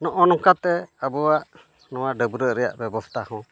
ᱱᱚᱜᱼᱚ ᱱᱚᱝᱠᱟ ᱛᱮ ᱟᱵᱚᱣᱟᱜ ᱱᱚᱣᱟ ᱰᱟᱹᱵᱽᱨᱟᱹᱜ ᱨᱮᱭᱟᱜ ᱵᱮᱵᱚᱥᱛᱷᱟ ᱦᱚᱸ